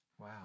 Wow